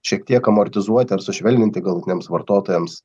šiek tiek amortizuoti ar sušvelninti galutiniams vartotojams